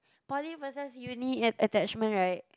poly versus uni att~ attachment right